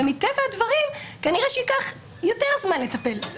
ומטבע הדברים כנראה שייקח יותר זמן לטפל בזה.